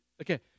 okay